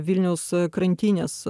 vilniaus krantinės